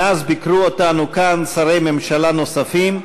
מאז ביקרו אותנו כאן שרי ממשלה נוספים,